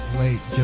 late